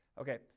okay